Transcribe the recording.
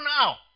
now